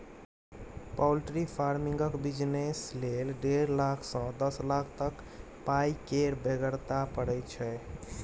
poultry फार्मिंगक business लेल डेढ़ लाख सँ दस लाख तक पाइ केर बेगरता परय छै